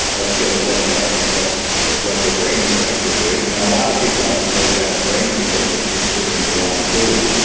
let's get a look at what their brain is actually doing, and a lot of people have really bad brain because they're consuming the wrong food.